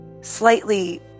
slightly